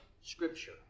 Scripture